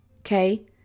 okay